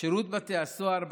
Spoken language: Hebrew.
שירות בתי הסוהר,